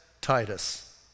Titus